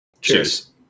Cheers